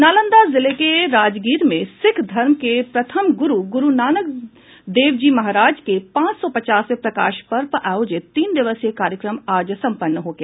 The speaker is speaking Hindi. नालंदा जिले के राजगीर में सिख धर्म के प्रथम गुरू गुरूनानक देव जी महाराज के पांच सौं पचासवें प्रकाशपर्व पर आयोजित तीन दिवसीय कार्यक्रम आज सम्पन्न हो गया